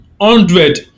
hundred